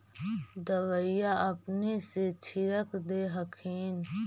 दबइया अपने से छीरक दे हखिन?